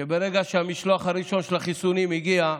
שברגע שהמשלוח הראשון של החיסונים הגיע,